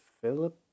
Philip